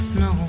no